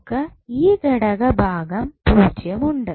നമുക്ക് ഈ ഘടക ഭാഗം 0 ഉണ്ട്